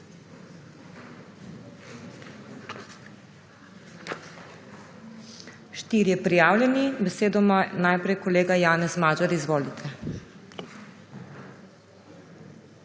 Štirje prijavljeni, besedo ima najprej kolega Janez Magyar. Izvolite.